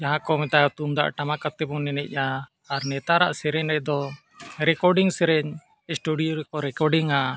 ᱡᱟᱦᱟᱸ ᱠᱚ ᱢᱮᱛᱟᱜᱼᱟ ᱛᱩᱢᱫᱟᱜ ᱴᱟᱢᱟᱠ ᱟᱛᱮᱵᱚᱱ ᱮᱱᱮᱡᱟ ᱟᱨ ᱱᱮᱛᱟᱨᱟᱜ ᱥᱮᱨᱮᱧ ᱨᱮᱫᱚ ᱨᱮᱠᱚᱨᱰᱤᱝ ᱥᱮᱨᱮᱧ ᱥᱴᱩᱰᱤᱭᱳ ᱨᱮᱠᱚ ᱨᱮᱠᱚᱨᱰᱤᱝᱼᱟ